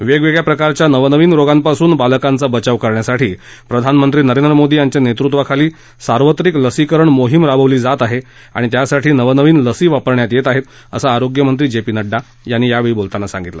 वेगवेगळ्या प्रकारच्या नवनवीन रोगांपासून बालकांचा बचाव करण्यासाठी प्रधानमंत्री नरेंद्र मोदी यांच्या नेतृत्वाखाली सार्वत्रिक लसीकरण मोहीम राबवली जात आहे आणि त्यासाठी नवनवीन लसी वापरण्यात येत आहेत असं आरोग्यमंत्री जे पी नड्डा यांनी यावेळी बोलताना सांगितलं